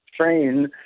train